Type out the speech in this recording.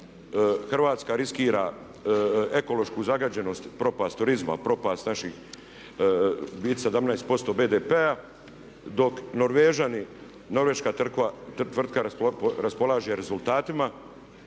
Hrvatska riskira ekološku zagađenost, propast turizma, propast naših 17% BDP-a dok Norvežani, norveška tvrtka raspolaže rezultatima